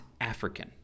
African